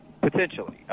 Potentially